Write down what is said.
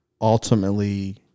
ultimately